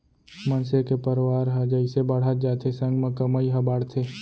मनसे के परवार ह जइसे बाड़हत जाथे संग म कमई ह बाड़थे